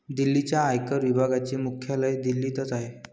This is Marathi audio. दिल्लीच्या आयकर विभागाचे मुख्यालय दिल्लीतच आहे